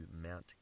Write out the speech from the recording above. Mount